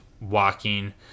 walking